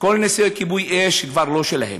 כל נושא כיבוי אש כבר לא שלהם,